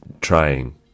trying